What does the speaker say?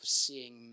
seeing